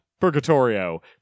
Purgatorio